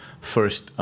first